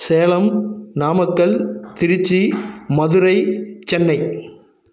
Salem Namakkal Trichy Madurai Chennai